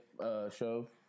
show